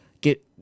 get